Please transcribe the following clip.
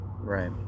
Right